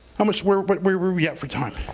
how much, where but we where we at for time?